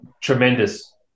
tremendous